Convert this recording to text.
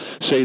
say